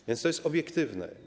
A więc to jest obiektywne.